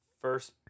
first